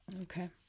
Okay